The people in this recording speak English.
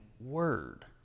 word